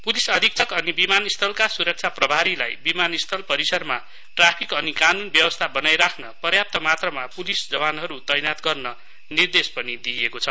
police अधिक्षक अनि विमानस्थलका सुरक्षा प्रभारीलाई विमानस्थल परिसरमा ट्राफिक अनि कानुन व्यवस्था बनाइराब्न पर्याप्त मात्रामा पुलिस जवानहरू तैनाथ गर्न निर्देश पनि दिइएको छ